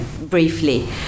briefly